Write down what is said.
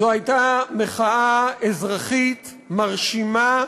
זו הייתה מחאה אזרחית מרשימה,